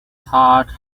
heart